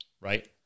right